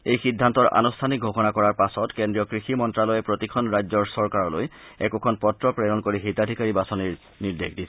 এই সিদ্ধান্তৰ আনুষ্ঠানিক ঘোষণা কৰাৰ পাছত কেন্দ্ৰীয় কৃষি মন্তালয়ে প্ৰতিখন ৰাজ্যৰ চৰকাৰলৈ একোখন পত্ৰ প্ৰেৰণ কৰি হিতাধিকাৰী বাছনিৰ নিৰ্দেশ দিছে